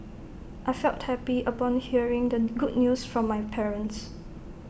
I felt happy upon hearing the good news from my parents